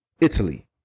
Italy